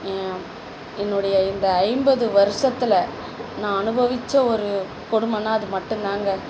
ஏ என்னுடைய இந்த ஐம்பது வருஷத்தில் நான் அனுபவிச்ச ஒரு கொடுமைன்னா அது மட்டுந்தாங்க